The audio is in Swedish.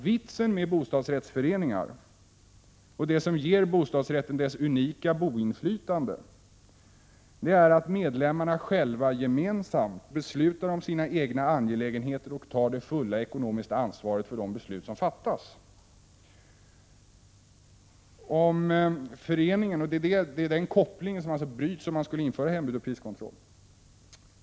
Vitsen med bostadsrättsföreningar, det som ger medlemmarna det unika boinflytandet, är att medlemmarna själva gemensamt beslutar om sina egna angelägenheter och tar det fulla ekonomiska ansvaret för de beslut som fattas. Den kopplingen bryts alltså om man skulle införa hembud och priskontroll.